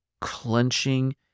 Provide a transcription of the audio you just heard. clenching